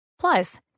Plus